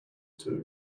too